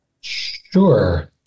sure